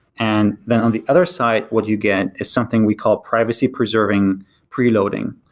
and then on the other side, what you get is something we call privacy preserving preloading,